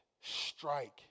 strike